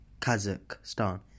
Kazakhstan